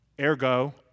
Ergo